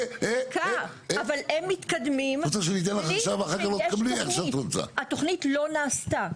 אבל הם מתקדמים בלי שיש תוכנית --- התוכנית לא נעשתה.